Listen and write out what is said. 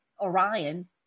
Orion